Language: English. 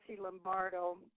Lombardo